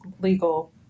legal